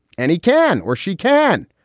and he can or she can.